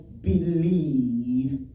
believe